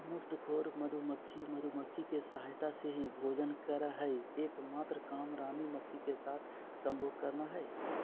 मुफ्तखोर मधुमक्खी, मधुमक्खी के सहायता से ही भोजन करअ हई, एक मात्र काम रानी मक्खी के साथ संभोग करना हई